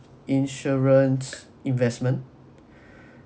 insurance investment